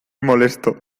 molesto